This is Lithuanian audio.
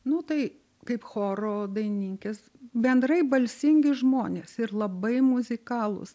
nu tai kaip choro dainininkės bendrai balsingi žmonės ir labai muzikalūs